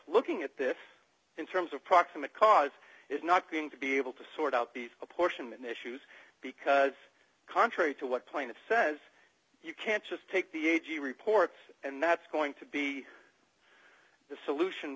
looking at this in terms of proximate cause is not going to be able to sort out the apportion issues because contrary to what point it says you can't just take the a g report and that's going to be the solution